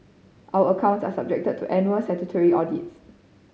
our accounts are subjected to annual statutory audits